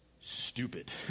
stupid